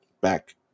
back